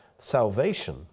salvation